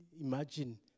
imagine